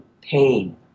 pain